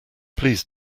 please